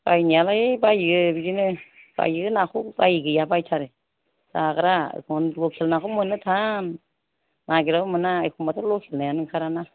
बायनायालाय बायो बिदिनो बायो नाखौ बायि गैया बायथारो जाग्रा लकेल नाखौ मोननो थान नागिरबाबो मोना एखनबाथ' लकेल नायानो ओंखाराना